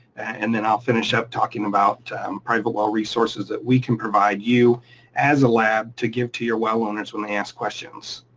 and then i'll finish up talking about um private well resources that we can provide you as a lab to give to your well owners when they ask questions.